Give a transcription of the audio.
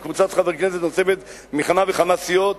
קבוצת חברי כנסת נוספת מכמה וכמה סיעות,